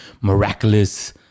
miraculous